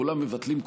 כולם מבטלים,